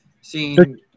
seeing